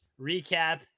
recap